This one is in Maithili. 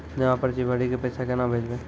जमा पर्ची भरी के पैसा केना भेजबे?